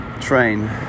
...train